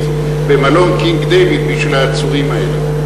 במלון "קינג דייוויד" בשביל העצורים האלה?